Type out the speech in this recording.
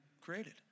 created